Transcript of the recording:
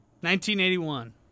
1981